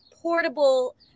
portable